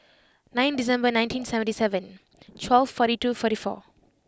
nine December nineteen seventy seven twelve forty two forty four